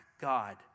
God